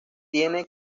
tiene